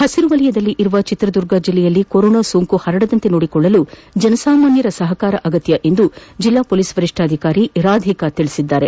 ಹಸಿರು ವಲಯದಲ್ಲಿರುವ ಚಿತ್ರದುರ್ಗ ಜಿಲ್ಲೆಯಲ್ಲಿ ಕೊರೊನಾ ಸೋಂಕು ಹರಡದಂತೆ ನೋಡಿಕೊಳ್ಳಲು ಜನಸಾಮಾನ್ಯರ ಸಹಕಾರ ಅಗತ್ಯವೆಂದು ಜಿಲ್ಲಾ ಮೊಲೀಸ್ ವರಿಷ್ಠಾಧಿಕಾರಿ ರಾಧಿಕಾ ತಿಳಿಸಿದ್ದಾರೆ